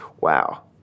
wow